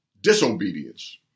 disobedience